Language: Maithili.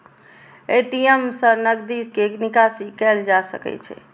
ए.टी.एम सं नकदी के निकासी कैल जा सकै छै